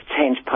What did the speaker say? change